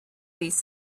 these